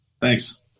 Thanks